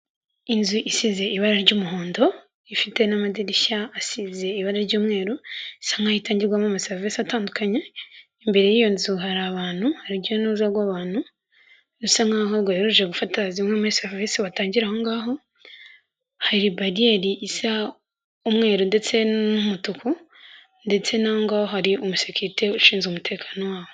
Inzu isize ibara ry'umuhondo ifite n'amadirishya asize ibara ry'umweru isa nk'atangirwamo amaserivisi atandukanye imbere y'iyo nzu hari abantu urujya n'uruza rw'abantu bisa nkaho'a ngoheje gufata izimwe muri serivisi batan aho ngaho halibariyeri isa umweru ndetse n'umutuku ndetse nagwaho hari umusirikate ushinzwe umutekano waho.